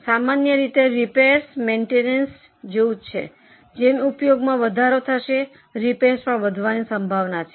સામાન્ય રીતે repairs maintenance જેવું જ છે જેમ ઉપયોગમાં વધારો થશે રેપર્સ પણ વધવાની સંભાવના છે